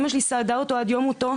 אימא שלי סעדה אותו עד יום מותו.